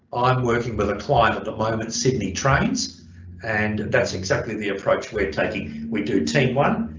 i'm working with client at the moment sydney trains and that's exactly the approach we're taking we do team one,